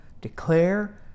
declare